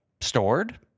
stored